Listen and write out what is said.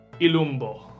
Ilumbo